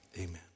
amen